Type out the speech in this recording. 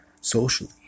socially